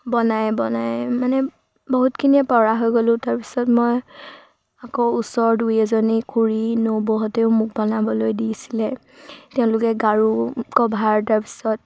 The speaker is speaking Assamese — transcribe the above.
বনাই বনাই মানে বহুতখিনিয়ে পৰা হৈ গ'লোঁ তাৰপিছত মই আকৌ ওচৰৰ দুই এজনী খুড়ী নবৌহঁতেও মোক বনাবলৈ দিছিলে তেওঁলোকে গাৰু কভাৰ তাৰপিছত